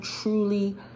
truly